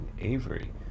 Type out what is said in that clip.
Avery